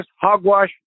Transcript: hogwash